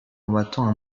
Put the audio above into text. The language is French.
combattants